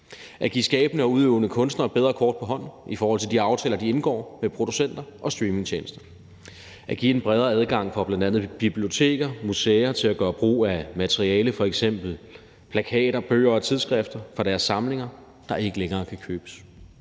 at give skabende og udøvende kunstnere bedre kort på hånden i forhold til de aftaler, de indgår med producenter og streamingtjenester; at give en bredere adgang for bl.a. biblioteker og museer til at gøre brug af materiale, f.eks. plakater, bøger og tidsskrifter fra deres samling, der ikke længere kan købes;